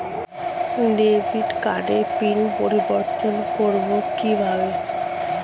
Debit কার্ডের PIN পরিবর্তন করবো কীভাবে?